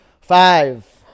Five